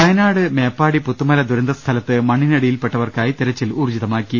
വയനാട് മേപ്പാടി പുത്തുമല ദുരന്തസ്ഥലത്ത് മണ്ണിനടി യിൽപ്പെട്ടവർക്കായി തെരച്ചിൽ ഊർജ്ജിതമാക്കി